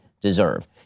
deserve